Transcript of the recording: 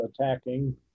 attacking